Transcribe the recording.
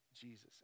Jesus